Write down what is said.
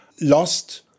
lost